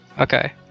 Okay